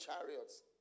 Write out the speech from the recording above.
chariots